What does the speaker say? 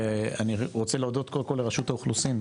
אני רוצה להודות קודם כל לרשות האוכלוסין,